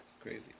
crazy